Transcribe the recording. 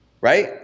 right